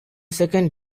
second